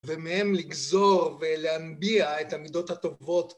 ומהם לגזור ולהנביע את המידות הטובות